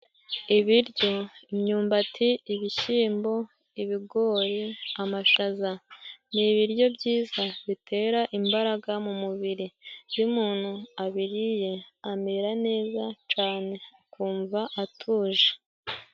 Ibiryo, imyumbati, ibishyimbo, ibigori, amashaza ni ibiryo byiza bitera imbaraga mu mubiri. Iyo umuntu abiriye amera neza cane akumva atuje.